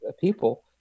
people